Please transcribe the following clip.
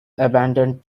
abandoned